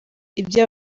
ibyo